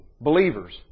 believers